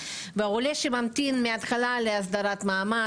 ועולה שממתין מההתחלה להסדרת מעמד,